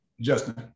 Justin